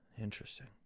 Interesting